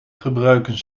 gebruiken